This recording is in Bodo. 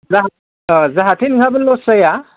ला जाहाते नोंहाबो लस जाया